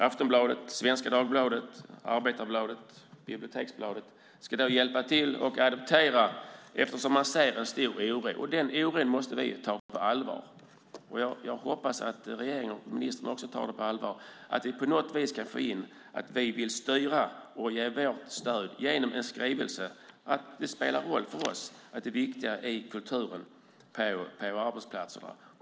Aftonbladet, Svenska Dagbladet, Arbetarbladet, Biblioteksbladet ska då hjälpa till att adoptera eftersom man ser en stor oro, och den oron måste vi ta på allvar. Jag hoppas att regeringen och ministern också tar den på allvar. Vi vill på något sätt få in att vi vill styra och ge vårt stöd genom en skrivelse om det viktiga med kultur på arbetsplatsen.